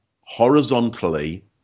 horizontally